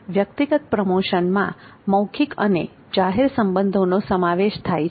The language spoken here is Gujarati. વ્યક્તિગત પ્રમોશનમાં મૌખિક અને જાહેર સંબંધોનો સમાવેશ થાય છે